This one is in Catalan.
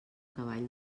cavall